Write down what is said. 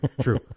true